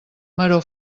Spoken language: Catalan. maror